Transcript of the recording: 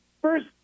first